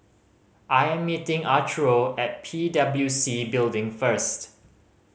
I am meeting Arturo at P W C Building first